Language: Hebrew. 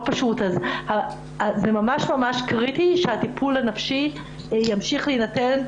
זה ממש קריטי שהטיפול הנפשי ימשיך להינתן,